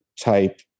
type